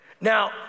Now